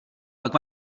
pak